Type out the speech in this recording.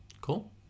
Cool